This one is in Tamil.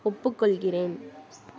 ஒப்புக்கொள்கிறேன்